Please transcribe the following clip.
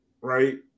right